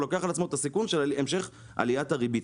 והוא לוקח על עצמו את הסיכון של המשך עליית הריבית.